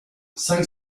cinq